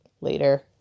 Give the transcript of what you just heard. Later